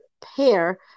pair